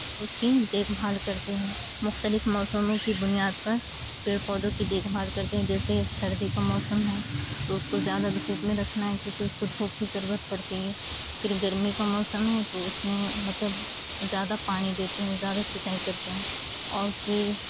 اس کی دیکھ بھال کرتے ہیں مختلف موسموں کی بنیاد پر پیڑ پودوں کی دیکھ بھال کرتے ہیں جیسے سردی کا موسم ہے تو اس کو زیادہ دھوپ میں رکھنا ہے کیونکہ اس کو دھوپ کی ضرورت پڑتی ہے پھر گرمی کا موسم ہے تو اس میں مطلب زیادہ پانی دیتے ہیں زیادہ سنچائی کرتے ہیں اور پھر